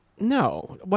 No